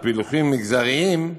ופילוחים מגזריים,